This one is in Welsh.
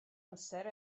amser